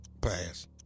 Pass